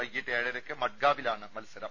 വൈകീട്ട് ഏഴരക്ക് മഡ്ഗാവിലാണ് മത്സരം